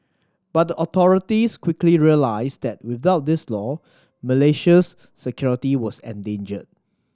but the authorities quickly realised that without this law Malaysia's security was endangered